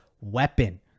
weapon